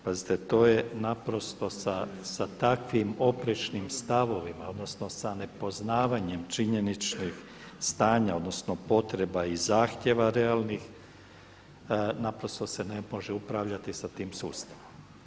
Pazite to je naprosto sa takvim oprečnim stavovima, odnosno sa nepoznavanjem činjeničnih stanja odnosno potreba i zahtjeva realnih naprosto se ne može upravljati sa tim sustavom.